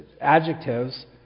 adjectives